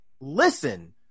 listen